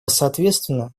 соответственно